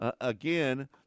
Again